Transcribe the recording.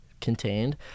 contained